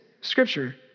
scripture